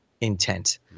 intent